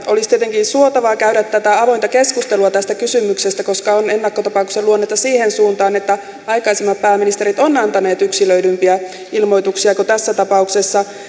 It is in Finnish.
olisi tietenkin suotavaa käydä tätä avointa keskustelua tästä kysymyksestä koska on ennakkotapauksen luonnetta siihen suuntaan että aikaisemmat pääministerit ovat antaneet yksilöidympiä ilmoituksia kuin tässä tapauksessa